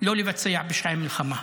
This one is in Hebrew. לא לבצע פשעי מלחמה.